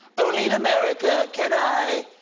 only in america can i,